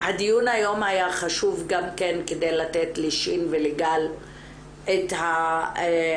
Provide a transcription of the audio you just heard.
שהדיון היום היה חשוב גם כן כדי לתת ל-ש' ולגל את ההרגשה,